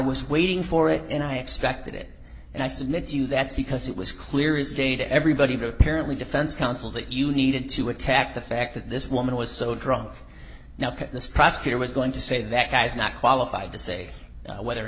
was waiting for it and i expected it and i said no it's you that's because it was clear is day to everybody who apparently defense counsel that you needed to attack the fact that this woman was so drunk now that the prosecutor was going to say that guy's not qualified to say whether or